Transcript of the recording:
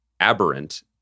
aberrant